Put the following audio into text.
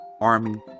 Army